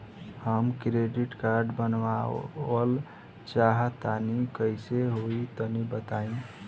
हम credit card बनवावल चाह तनि कइसे होई तनि बताई?